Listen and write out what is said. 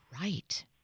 Right